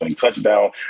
touchdown